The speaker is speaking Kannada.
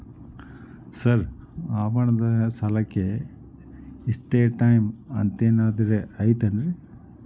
ಸರ್ ಆಭರಣದ ಸಾಲಕ್ಕೆ ಇಷ್ಟೇ ಟೈಮ್ ಅಂತೆನಾದ್ರಿ ಐತೇನ್ರೇ?